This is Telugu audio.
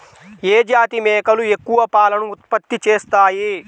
ఏ జాతి మేకలు ఎక్కువ పాలను ఉత్పత్తి చేస్తాయి?